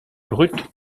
brute